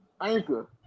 Anchor